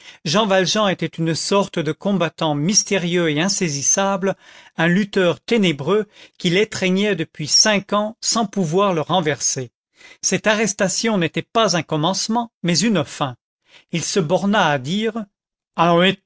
jean valjean était une sorte de combattant mystérieux et insaisissable un lutteur ténébreux qu'il étreignait depuis cinq ans sans pouvoir le renverser cette arrestation n'était pas un commencement mais une fin il se borna à dire